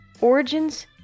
origins